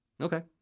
Okay